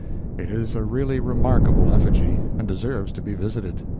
it is a really remarkable effigy, and deserves to be visited.